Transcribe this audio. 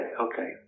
okay